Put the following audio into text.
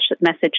message